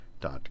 dot